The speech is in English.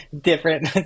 different